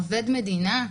עובד מדינה,